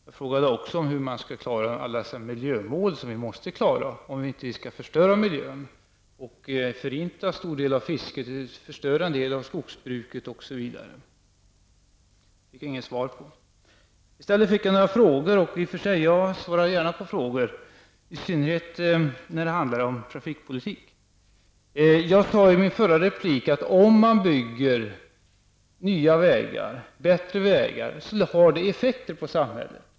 Jag frågade också hur man skall klara alla miljömål som vi måste klara om vi inte skall förstöra miljön och förinta en stor del av fisket, förstöra en del av skogsbruket, osv. Det fick jag inget svar på. I stället fick jag några frågor. Jag svarar i och för sig gärna på frågor, i synnerhet när det handlar om trafikpolitik. Jag sade i min förra replik att om man bygger nya och bättre vägar har det effekter på samhället.